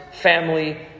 family